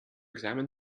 examined